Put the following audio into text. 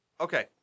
Okay